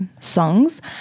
songs